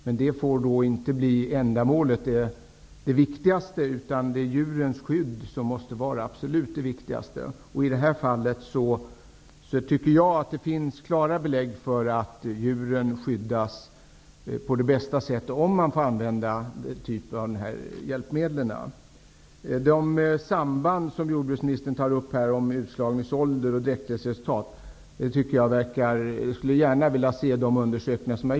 Men det får inte bli det viktigaste, utan skyddet av djuren måste vara absolut viktigast. I det här fallet tycker jag att det finns klara belägg för att djuren bäst skyddas om det är tillåtet att använda nämnda typ av hjälpmedel. Beträffande de samband som jordbruksministern här nämner och som gäller utslagningsålder och dräktighetsresultat skulle jag gärna vilja ta del av gjorda undersökningar.